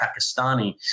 Pakistani